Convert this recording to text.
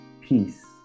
peace